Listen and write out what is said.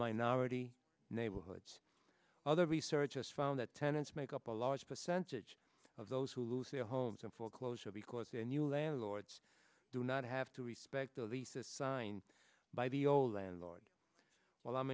minority neighborhoods other research has found that tenants make up a large percentage of those who lose their homes in foreclosure because their new landlords do not have to respect the leases signed by the old landlord well i'm